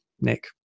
Nick